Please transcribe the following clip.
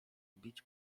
bić